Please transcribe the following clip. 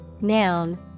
noun